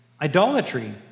idolatry